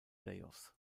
playoffs